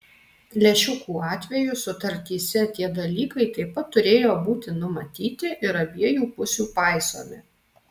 lęšiukų atveju sutartyse tie dalykai taip pat turėjo būti numatyti ir abiejų pusių paisomi